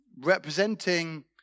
representing